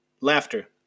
Laughter